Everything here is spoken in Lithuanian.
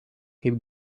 kaip